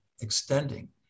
extending